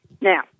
Now